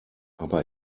aber